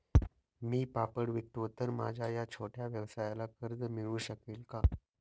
मी पापड विकतो तर माझ्या या छोट्या व्यवसायाला कर्ज मिळू शकेल का?